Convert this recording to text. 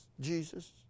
Jesus